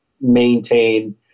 maintain